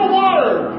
word